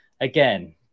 Again